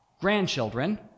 grandchildren